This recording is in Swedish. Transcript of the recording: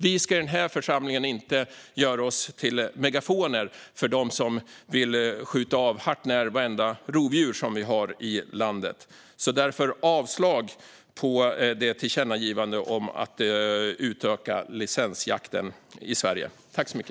Vi i den här församlingen ska inte göra oss till megafoner för dem som vill skjuta av hart när vartenda rovdjur vi har i landet. Jag yrkar därför avslag på förslaget om tillkännagivande om att utöka licensjakten i Sverige.